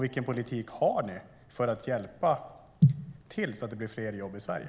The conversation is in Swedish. Vilken politik har ni för att bidra till att det blir fler jobb i Sverige?